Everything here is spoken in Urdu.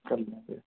کر لیں گے